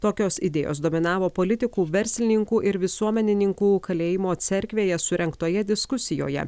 tokios idėjos dominavo politikų verslininkų ir visuomenininkų kalėjimo cerkvėje surengtoje diskusijoje